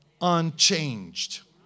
unchanged